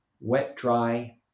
wet-dry